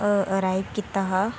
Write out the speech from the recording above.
arrive कीता हा